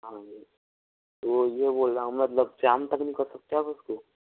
हाँ तो ये बोल रहा हूँ मतलब शाम तक नहीं कर सकते आप उसको